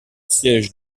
siège